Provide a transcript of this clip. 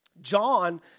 John